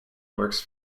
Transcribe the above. works